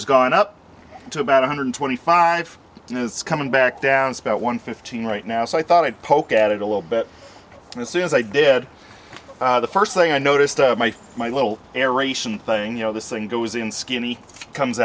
has gone up to about one hundred twenty five and it's coming back down to about one fifteen right now so i thought i'd poke at it a little bit and as soon as i did the first thing i noticed my my little air ration thing you know this thing goes in skinny comes